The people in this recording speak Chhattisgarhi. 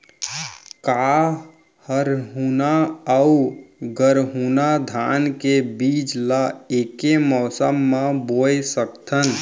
का हरहुना अऊ गरहुना धान के बीज ला ऐके मौसम मा बोए सकथन?